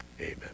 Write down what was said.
Amen